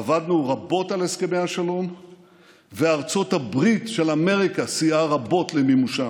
עבדנו רבות על הסכמי השלום וארצות הברית של אמריקה סייעה רבות למימושם,